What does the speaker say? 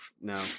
No